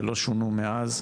והם לא שונו מאז.